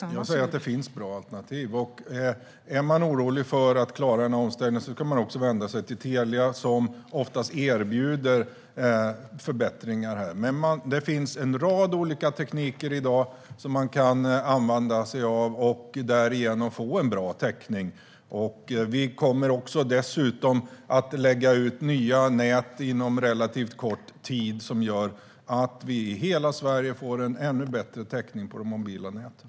Fru talman! Jag säger att det finns bra alternativ. Om man är orolig för hur man ska klara omställningen kan man vända sig till Telia, som oftast erbjuder förbättringar. Men det finns en rad olika tekniker i dag som man kan använda sig av och därigenom få en bra täckning. Det kommer dessutom att läggas ut nya nät inom relativt kort tid, som gör att vi i hela Sverige får en ännu bättre täckning på de mobila näten.